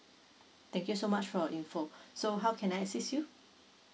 thank you so much for your info so how can I assist you